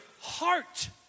heart